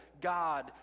God